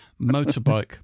motorbike